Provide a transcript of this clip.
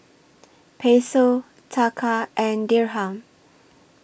Peso Taka and Dirham